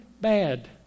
bad